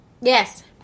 Yes